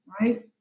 right